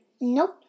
Nope